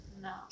No